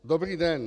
Dobrý den.